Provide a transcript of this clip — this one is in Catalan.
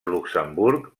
luxemburg